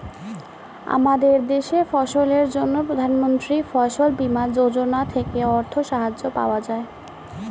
আমাদের দেশে ফসলের জন্য প্রধানমন্ত্রী ফসল বীমা যোজনা থেকে অর্থ সাহায্য পাওয়া যায়